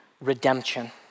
redemption